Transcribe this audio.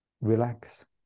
relax